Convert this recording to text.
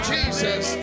Jesus